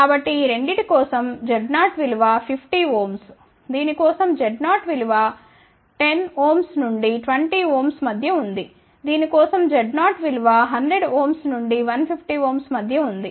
కాబట్టిఈ రెండిటి కోసం Z0విలువ 50 Ω దీని కోసం Z0 విలువ 10 Ω నుండి 20 Ω మధ్య ఉంది దీని కోసం Z0 విలువ 100Ω నుండి 150Ω మధ్య ఉంది